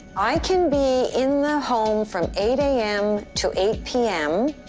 i can be in the home from eight a m. to eight p m.